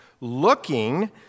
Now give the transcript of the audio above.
Looking